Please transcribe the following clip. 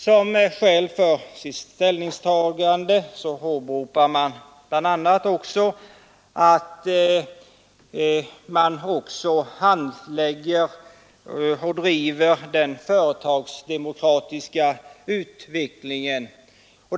Som skäl för sitt ställningstagande åberopas att dessa organisationer bl.a. också driver frågor som berör den företagsdemokratiska utvecklingen etc.